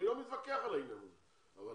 אני לא מתווכח על העניין הזה, אבל